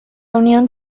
unión